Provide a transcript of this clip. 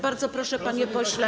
Bardzo proszę, panie pośle.